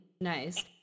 Nice